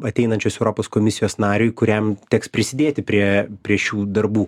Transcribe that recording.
ateinančios europos komisijos nariui kuriam teks prisidėti prie prie šių darbų